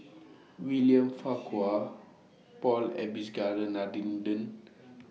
William Farquhar Paul